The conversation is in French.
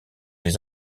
les